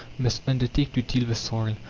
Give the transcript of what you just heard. must undertake to till the soil.